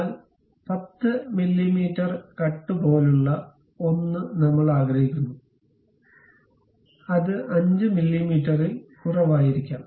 എന്നാൽ 10 millimetre cut പോലുള്ള ഒന്ന് നമ്മൾ ആഗ്രഹിക്കുന്നു അത് 5 മില്ലീമീറ്ററിൽ കുറവായിരിക്കാം